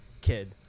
kid